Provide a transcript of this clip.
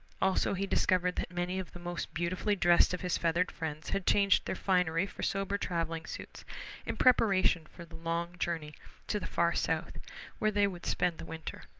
also he discovered that many of the most beautifully dressed of his feathered friends had changed their finery for sober traveling suits in preparation for the long journey to the far south where they would spend the winter.